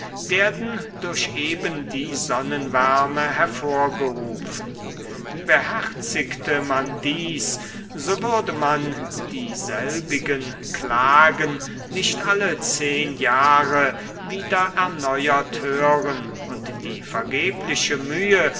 werden durch eben die sonnenwärme hervorgerufen beherzigte man dies so würde man dieselbigen klagen nicht alle zehn jahre wieder erneuert hören und die vergebliche mühe